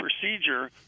procedure